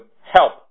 help